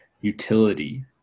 utility